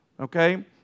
Okay